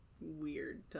weird